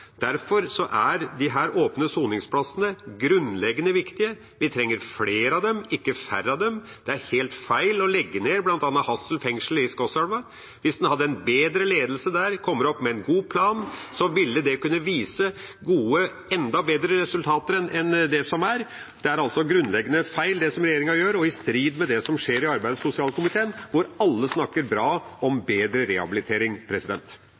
Derfor er disse åpne soningsplassene grunnleggende viktige. Vi trenger flere av dem, ikke færre. Det er helt feil å legge ned bl.a. Hassel fengsel i Skotselv. Hvis en hadde hatt en bedre ledelse der, og hadde kommet opp med en god plan, ville man kunne vise til enda bedre resultater enn dem som er. Det regjeringa gjør, er altså grunnleggende feil og i strid med det som skjer i arbeids- og sosialkomiteen, hvor alle snakker bra om bedre rehabilitering.